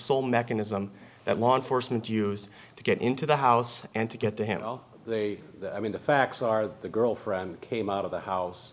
sole mechanism that law enforcement use to get into the house and to get to him while they i mean the facts are that the girlfriend came out of the house